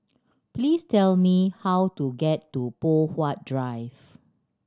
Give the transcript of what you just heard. please tell me how to get to Poh Huat Drive